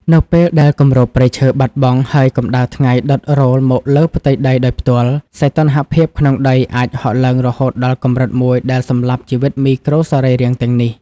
នៅពេលដែលគម្របព្រៃឈើបាត់បង់ ហើយកម្ដៅថ្ងៃដុតរោលមកលើផ្ទៃដីដោយផ្ទាល់ សីតុណ្ហភាពក្នុងដីអាចហក់ឡើងរហូតដល់កម្រិតមួយដែលសម្លាប់ជីវិតមីក្រូសរីរាង្គទាំងនេះ។